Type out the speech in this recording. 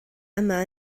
yma